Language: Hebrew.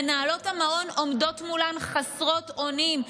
מנהלות המעון עומדות מולם חסרות אונים.